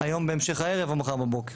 היום בהמשך הערב או מחר בבוקר.